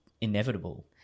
inevitable